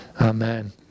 Amen